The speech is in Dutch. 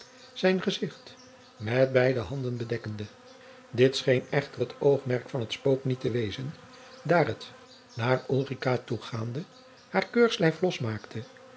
zijn gezicht met beide handen bedekkende dit jacob van lennep de pleegzoon scheen echter het oogmerk van het spook niet te wezen daar het naar ulrica toegaande haar keurslijf losmaakte